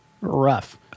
rough